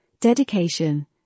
dedication